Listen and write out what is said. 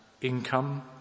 income